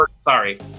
sorry